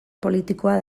politikoa